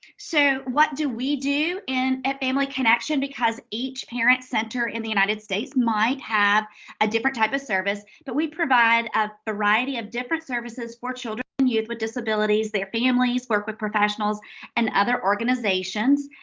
so what do we do at family connection? because each parent center in the united states might have a different type of service, but we provide a variety of different services for children and youth with disabilities. their families work with professionals and other organizations,